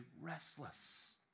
restless